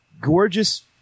gorgeous